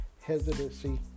hesitancy